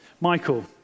Michael